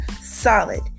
Solid